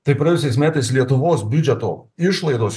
tai praėjusiais metais lietuvos biudžeto išlaidos